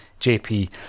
JP